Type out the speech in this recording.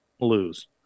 Lose